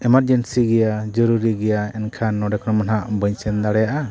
ᱜᱮᱭᱟ ᱡᱚᱨᱩᱨᱤ ᱜᱮᱭᱟ ᱮᱱᱠᱷᱟᱱ ᱱᱚᱰᱮ ᱠᱷᱚᱱ ᱢᱟ ᱱᱟᱦᱟᱜ ᱵᱟᱹᱧ ᱥᱮᱱ ᱫᱟᱲᱮᱭᱟᱜᱼᱟ